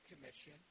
Commission